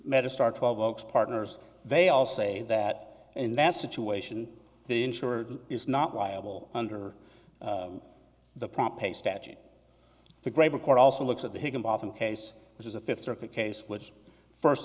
medicine are twelve oaks partners they all say that in that situation the insurer is not liable under the prompt pay statute the graber court also looks at the higginbotham case which is a fifth circuit case which first